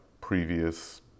previous